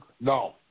No